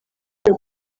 iyo